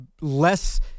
less